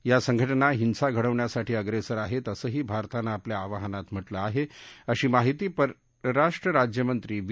या संघटना हिसा घडवण्यासाठी अप्रेसर आहेत असंही भारतानं आपल्या आवाहनात म्हटलं आहे अशी माहिती परराष्ट्र राज्यमंत्री वी